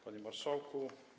Panie Marszałku!